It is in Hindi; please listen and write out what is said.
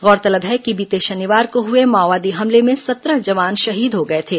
गौरतलब है कि बीते शनिवार को हुए माओवादी हमले में सत्रह जवान शहीद हो गए थे